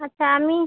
আচ্ছা আমি